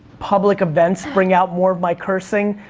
public events bring out more of my cursing.